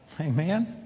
Amen